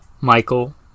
Michael